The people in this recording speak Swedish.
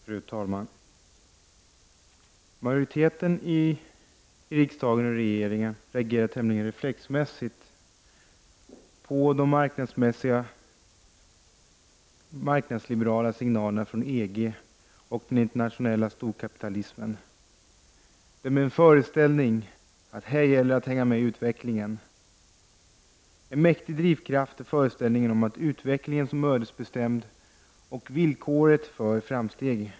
Fru talman! Majoriteten i riksdagen och regeringen reagerar tämligen reflexmässigt på de marknadsliberala signalerna från EG och den internationella storkapitalismen med en föreställning om att här gäller det att hänga med i ”utvecklingen”. En mäktig drivkraft är föreställningen om utvecklingen som ödesbestämd och som villkoret för framsteg.